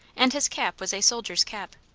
and his cap was a soldier's cap.